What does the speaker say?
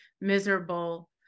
miserable